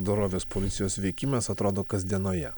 dorovės policijos veikimas atrodo kasdienoje